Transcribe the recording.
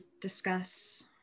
discuss